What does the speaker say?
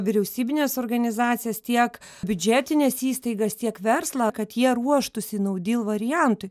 vyriausybines organizacijas tiek biudžetines įstaigas tiek verslą kad jie ruoštųsi nau dyl variantui